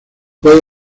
fue